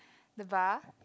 the bar